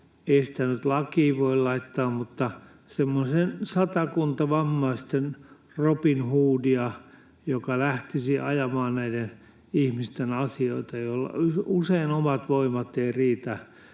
sitä nyt lakiin voi laittaa — semmoisen satakunta vammaisten robinhoodia, jotka lähtisivät ajamaan näiden ihmisten asioita. Heillä usein omat voimat eivät riitä.